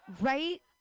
right